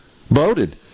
voted